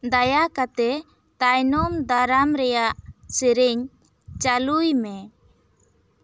ᱫᱟᱭᱟ ᱠᱟᱛᱮᱜ ᱛᱟᱭᱚᱱᱚᱢ ᱫᱟᱨᱟᱢ ᱨᱮᱭᱟᱜ ᱥᱮᱨᱮᱧ ᱪᱟᱞᱩᱭ ᱢᱮ